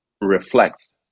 reflects